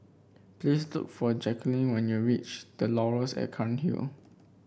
please look for Jacquelyn when you reach The Laurels at Cairnhill